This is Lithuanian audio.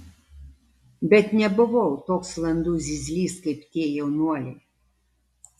bet nebuvau toks landus zyzlys kaip tie jaunuoliai